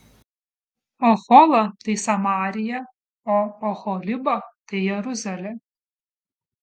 ohola tai samarija o oholiba tai jeruzalė